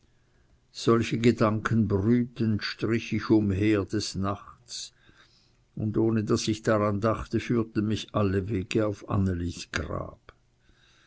solche gedanken brütend strich ich umher des nachts und ohne daß ich daran dachte führten mich alle wege auf annelis grab